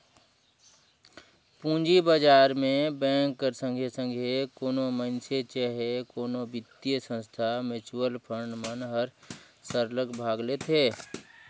पूंजी बजार में बेंक कर संघे संघे कोनो मइनसे चहे कोनो बित्तीय संस्था, म्युचुअल फंड मन हर सरलग भाग लेथे